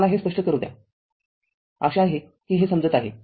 तरमला हे स्पष्ट करू द्या आशा आहे की हे समजत आहे